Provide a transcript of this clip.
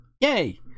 yay